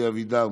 אלי אבידר,